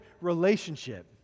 relationship